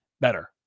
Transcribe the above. better